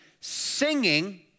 singing